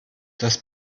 das